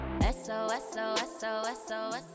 S-O-S-O-S-O-S-O-S